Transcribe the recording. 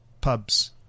pubs